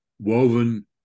woven